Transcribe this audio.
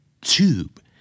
tube